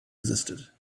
existed